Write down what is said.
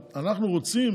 אנחנו רוצים